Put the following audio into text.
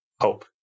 hope